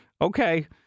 Okay